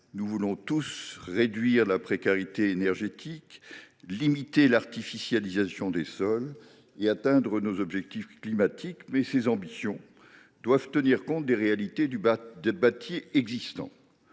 Nous voulons tous réduire la précarité énergétique, limiter l’artificialisation des sols et atteindre nos objectifs climatiques, mais ces ambitions doivent tenir compte des réalités du bâti existant.